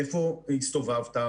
איפה הסתובבת?